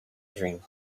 dream